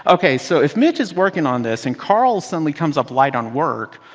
ok, so if mitch is working on this and carl suddenly comes up light on work,